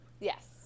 Yes